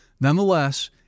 Nonetheless